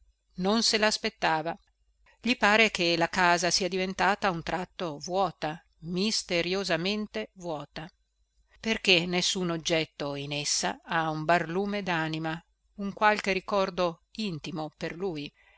non se laspettava gli pare che la casa sia diventata a un tratto vuota misteriosamente vuota perché nessun oggetto in essa ha un barlume danima un qualche ricordo intimo per lui